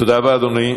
תודה רבה, אדוני.